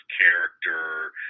character